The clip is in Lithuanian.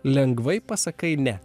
lengvai pasakai ne